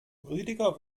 rüdiger